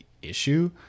issue